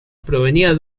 provenía